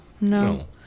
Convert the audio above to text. No